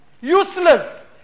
useless